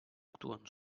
actuen